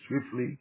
swiftly